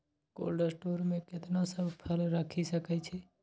Cold store मे केना सब फसल रखि सकय छी?